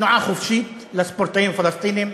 תנועה חופשית לספורטאים הפלסטינים,